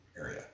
area